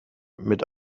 mit